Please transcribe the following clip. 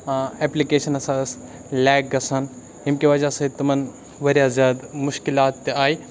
application ہَسا ٲس لیک گژھان ییٚمہِ کہِ وجہ سۭتۍ تِمَن واریاہ زیادٕ مُشکلات تہِ آیہِ